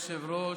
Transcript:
אדוני היושב-ראש,